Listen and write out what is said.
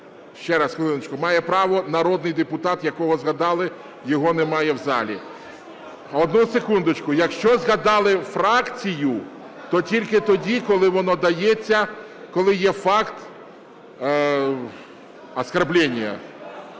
Ще раз, хвилиночку, має право народний депутат, якого згадали. Його немає в залі. Одну секундочку. Якщо згадали фракцію, то тільки тоді, коли воно дається, коли є факт оскорбления.